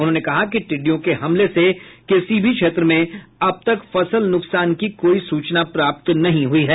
उन्होंने कहा कि टिड्डियों के हमले से किसी भी क्षेत्र में अब तक फसल नुकसान की कोई सूचना प्राप्त नहीं हुई है